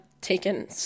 taken